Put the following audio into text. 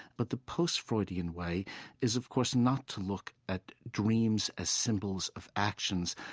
but the post-freudian way is, of course, not to look at dreams as symbols of actions,